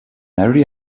mary